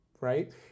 right